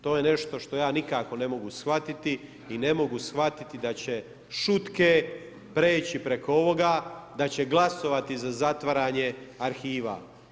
To je nešto što ja nikako ne mogu shvatiti i ne mogu shvatiti da će šutke preći preko ovoga, da će glasovati za zatvaranje arhiva.